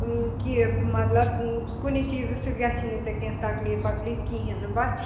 کہِ مطلب کُنہِ چیٖزٕ سۭتۍ گژھی نہٕ ژےٚ کیٚنٛہہ تکلیٖف وکلیٖف کِہیٖنۍ نہٕ بَس